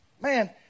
man